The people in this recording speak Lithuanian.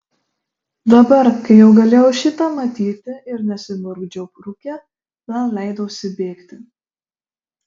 dabar kai jau galėjau šį tą matyti ir nesimurkdžiau rūke vėl leidausi bėgti